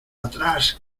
atrás